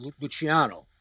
Luciano